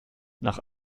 nach